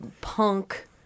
Punk